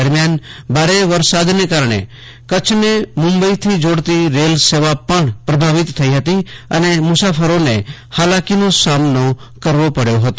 દરમ્યાન ભારે વરસાદને કારણે કચ્છને મુંબઈ થી જોડતી રેલ સેવા પણ પ્રભાવિત થઇ હતી અને મુસાફરોને હાલાકીનો સામનો કરવો પડ્યો હતો